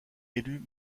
élu